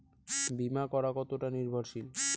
বীমা করা কতোটা নির্ভরশীল?